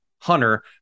hunter